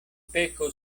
peko